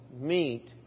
meet